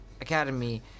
Academy